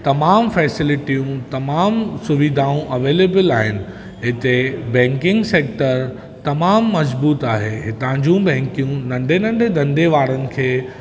तमामु फैसीलिटीयूं तमामु सुविधाऊं अवेलेबिल आहिनि हिते बैंकिंग सैक्टर तमामु मज़बूत आहे हितांजूं बैंक्यूं नन्ढे नन्ढे धंधे वारनि खे